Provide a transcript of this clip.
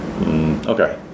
okay